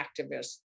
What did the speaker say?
activists